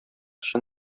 чын